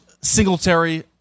Singletary